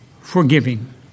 forgiving